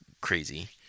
crazy